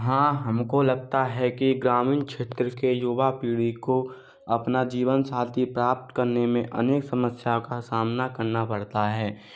हाँ हमको लगता है कि ग्रामीण क्षेत्र के युवा पीढ़ी को अपना जीवन साथी प्राप्त करने में अनेक समस्या का सामना करना पड़ता है